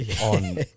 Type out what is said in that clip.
on